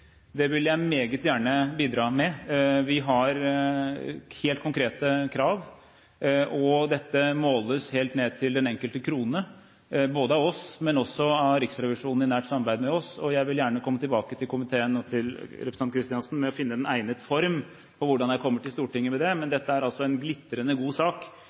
Det vil jeg meget gjerne bidra med. Vi har helt konkrete krav, og dette måles helt ned til den enkelte krone, både av oss og av Riksrevisjonen i nært samarbeid med oss. Jeg vil gjerne komme tilbake til komiteen og til representanten Kristiansen for å finne en egnet form på hvordan jeg skal komme til Stortinget med det. Men dette er altså en glitrende god sak,